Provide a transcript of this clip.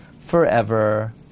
forever